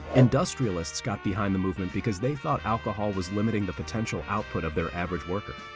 industrialists got behind the movement because they thought alcohol was limiting the potential output of their average worker.